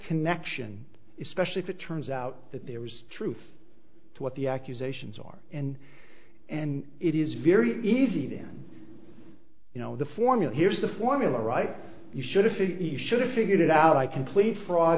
connection is specially if it turns out that there was truth to what the accusations are and and it is very easy then you know the formula here's the formula right you should have you should have figured it out i complete fraud